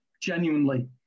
genuinely